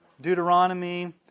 Deuteronomy